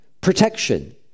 protection